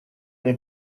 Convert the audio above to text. nie